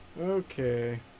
Okay